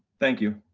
thank you.